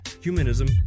humanism